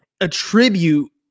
attribute